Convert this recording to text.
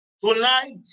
Tonight